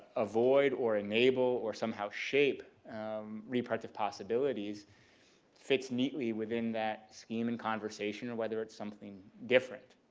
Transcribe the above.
avoid or enable or somehow shape reproductive possibilities fits neatly within that scheme and conversation or whether it's something different.